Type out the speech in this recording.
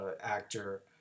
actor